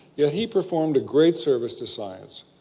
yeah he performed a great service to science.